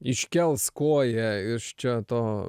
iškels koją iš čia to